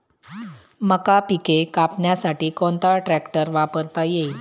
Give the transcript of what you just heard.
मका पिके कापण्यासाठी कोणता ट्रॅक्टर वापरता येईल?